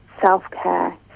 self-care